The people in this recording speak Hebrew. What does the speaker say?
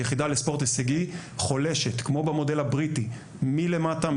היחידה לספורט הישגי חולשת כמו במודל הבריטי מלמטה,